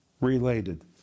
related